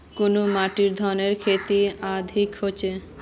कुन माटित धानेर खेती अधिक होचे?